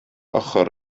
ochr